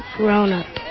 grown-up